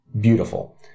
beautiful